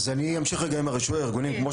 אז אני אמשיך רגע עם הרישוי הארגוני.